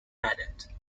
added